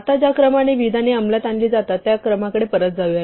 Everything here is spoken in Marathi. आता ज्या क्रमाने विधाने अंमलात आणली जातात त्या क्रमाकडे परत जाऊया